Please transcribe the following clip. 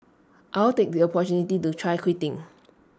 I'll take the opportunity to try quitting